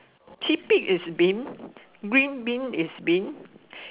chickpea is Bean green Bean is Bean